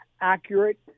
accurate